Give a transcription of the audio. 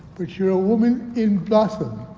but you are a woman in blossom.